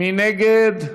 מי נגד?